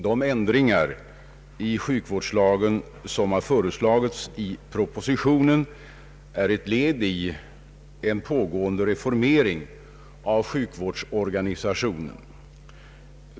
De ändringar i sjukvårdslagen som har föreslagits i propositionen 42 utgör ett led i en pågående reformering av sjukvårdsorganisationen.